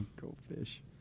goldfish